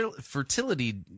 fertility